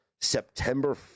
September